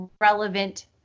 relevant